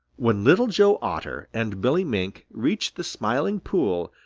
when little joe otter and billy mink reached the smiling pool,